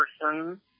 person